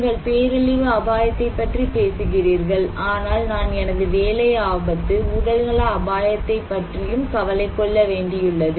நீங்கள் பேரழிவு அபாயத்தைப் பற்றி பேசுகிறீர்கள் ஆனால் நான் எனது வேலை ஆபத்து உடல்நல அபாயத்தைப் பற்றியும் கவலை கொள்ள வேண்டி உள்ளது